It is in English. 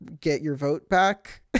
get-your-vote-back